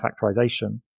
factorization